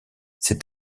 cet